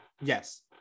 Yes